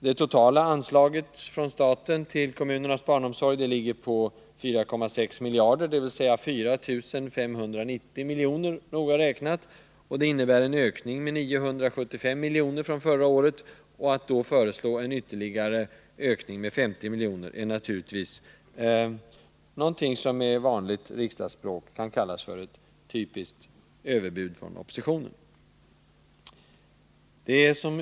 Det totala anslaget från staten till kommunernas barnomsorg är 4,6 miljarder — noga räknat 4 590 miljoner — och innebär en ökning med 975 milj.kr. från förra året. Att då föreslå en ytterligare ökning med 50 milj.kr. är naturligtvis någonting som med vanligt riksdagsspråk brukar kallas för ett typiskt överbud från oppositionen.